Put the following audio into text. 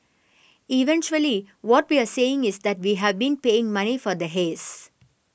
eventually what we are saying is that we have been paying money for the haze